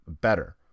better